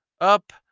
up